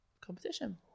competition